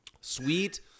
sweet